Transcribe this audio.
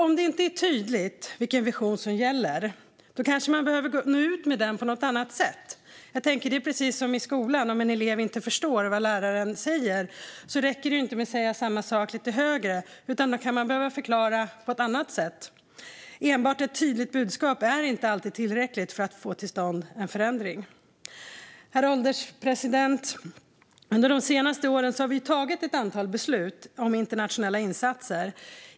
Om det inte är tydligt vilken vision som gäller kanske man behöver nå ut med den på något annat sätt. Det är precis som i skolan. Om en elev inte förstår vad läraren säger räcker det inte att säga samma sak lite högre, utan då kan man behöva förklara på ett annat sätt. Enbart ett tydligt budskap är inte alltid tillräckligt för att få till stånd en förändring. Herr ålderspresident! Under de senaste åren har vi tagit ett antal beslut om internationella insatser.